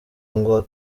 ngo